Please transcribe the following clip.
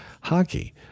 hockey